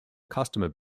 customer